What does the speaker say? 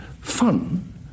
fun